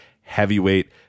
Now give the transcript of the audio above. Heavyweight